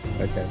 Okay